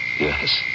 Yes